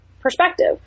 perspective